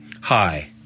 Hi